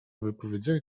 wypowiedzeniu